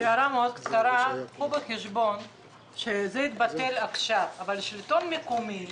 קחו בחשבון שזה יתבטל עכשיו, אבל השלטון המקומי